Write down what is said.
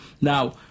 Now